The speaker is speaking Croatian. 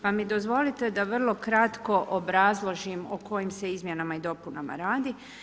Pa mi dozvolite da vrlo kratko obrazložim o kojim se izmjena i dopunama radi.